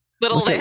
Little